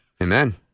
Amen